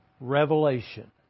revelation